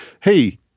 Hey